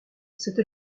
cette